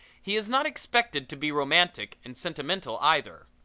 he is not expected to be romantic and sentimental either.